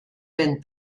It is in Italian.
ben